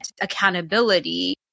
accountability